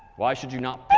why should you not